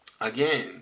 Again